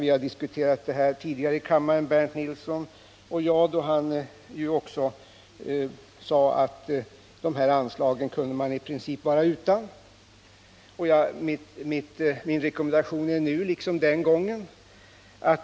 Vi har diskuterat detta tidigare i kammaren, Bernt Nilsson och jag, och då sade han också att man i princip kunde vara utan dessa anslag. Jag har samma rekommendation nu som den gången.